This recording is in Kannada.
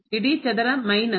ಇಡೀ ಚದರ ಮೈನಸ್